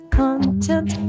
content